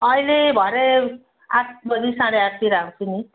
अहिले भरे आठ बजी साढे आठ बजीतिर आउँछु नि